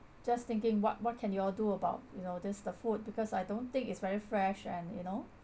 just thinking what what can you all do about you know this the food because I don't think it's very fresh and you know